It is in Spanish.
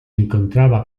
encontraba